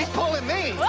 pulling me!